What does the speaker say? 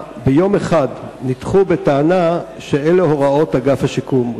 ביום אחד נדחו בטענה שאלה הוראות אגף השיקום.